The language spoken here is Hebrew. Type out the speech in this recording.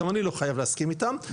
גם אני לא חייב להסכים איתם,